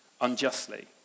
unjustly